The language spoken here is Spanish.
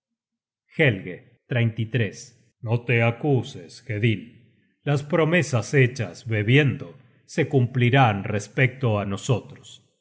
doncella tu desposada helge no te acuses hedinn las promesas hechas bebiendo se cumplirán respecto á nosotros